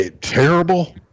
terrible